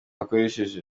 akoresheje